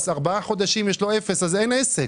אם כבר ארבעה חודשים יש לו אפס אז אין עסק.